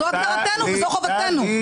זו הגדרתנו וזו חובתנו.